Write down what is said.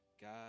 God